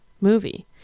movie